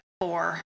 four